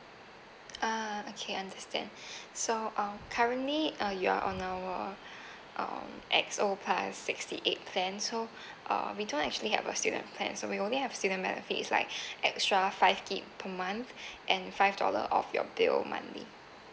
uh okay understand so um currently uh you're on our um X O plus sixty eight plan so uh we don't actually have a student plan so we only have student benefit like extra five gig per month and five dollar off your bill monthly